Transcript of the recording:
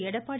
Edappadi